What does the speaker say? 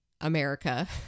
America